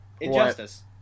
Injustice